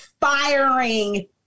firing